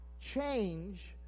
change